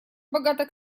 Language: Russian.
богата